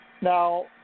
Now